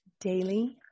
daily